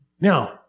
Now